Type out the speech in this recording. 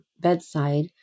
bedside